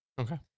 Okay